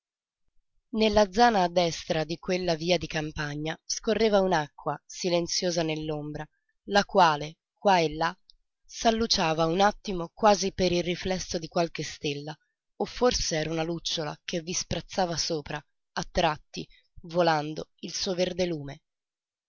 nella zana a destra di quella via di campagna scorreva un'acqua silenziosa nell'ombra la quale qua e là s'alluciava un attimo quasi per il riflesso di qualche stella o forse era una lucciola che vi sprazzava sopra a tratti volando il suo verde lume